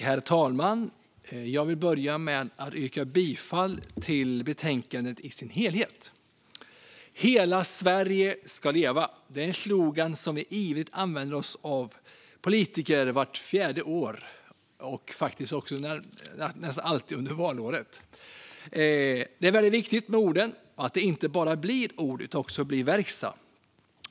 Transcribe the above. Herr talman! Jag vill börja med att yrka bifall till utskottets förslag i betänkandet i dess helhet. Hela Sverige ska leva! Det är en slogan som vi politiker ivrigt använder oss av vart fjärde år, nästan alltid under valår. Det är väldigt viktigt med orden och att det inte bara blir ord utan också blir verkstad.